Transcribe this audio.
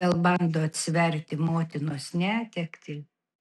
gal bando atsverti motinos netektį